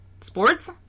Sports